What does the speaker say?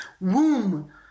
womb